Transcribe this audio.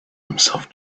himself